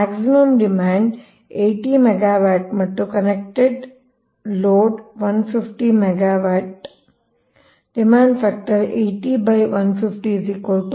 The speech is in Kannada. ಮ್ಯಾಕ್ಸಿಮಂ ಡಿಮಾಂಡ್ 80 ಮೆಗಾವ್ಯಾಟ್ ಮತ್ತು ಕನ್ನೆಕ್ಟೆಡ್ loadಲೋಡ್ 150 ಮೆಗಾವ್ಯಾಟ್ ಡಿಮಾಂಡ್ ಫ್ಯಾಕ್ಟರ್